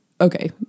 okay